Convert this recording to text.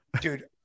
Dude